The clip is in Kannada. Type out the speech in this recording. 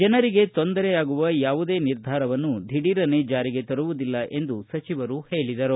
ಜನರಿಗೆ ತೊಂದರೆ ಆಗುವ ಯಾವುದೇ ನಿರ್ಧಾರವನ್ನು ಧಿಡೀರನೇ ಜಾರಿಗೆ ತರುವುದಿಲ್ಲ ಎಂದು ಸಚಿವರು ತಿಳಿಸಿದರು